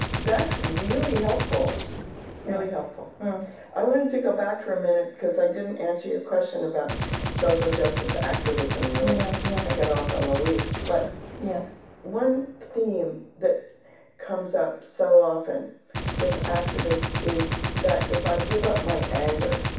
that's really helpful really helpful i wanted to go back for a minute because i didn't answer your question about social justice activism. yeah yeah i got off on the leaf. but yeah one theme that comes up so often with activists is that if i give up my anger,